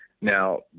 Now